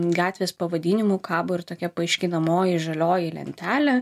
gatvės pavadinimu kabo ir tokia paaiškinamoji žalioji lentelė